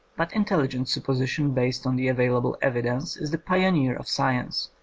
but intelligent supposition based on the available evidence is the pioneer of science,